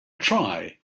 try